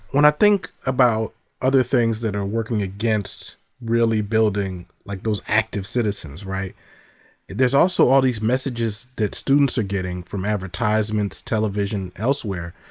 when i think about other things that are working against really building like those active citizens, there's also all these messages that students are getting from advertisements, television, elsewhere,